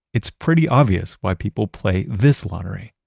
it's pretty obvious why people play this lottery.